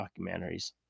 documentaries